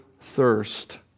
thirst